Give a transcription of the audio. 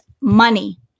money